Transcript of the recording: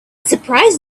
surprised